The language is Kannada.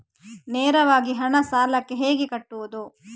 ನೇರವಾಗಿ ಹಣ ಸಾಲಕ್ಕೆ ಹೇಗೆ ಕಟ್ಟುವುದು?